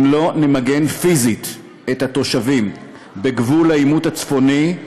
אם לא נמגן פיזית את התושבים בגבול העימות הצפוני,